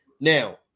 Now